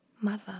mother